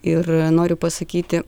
ir noriu pasakyti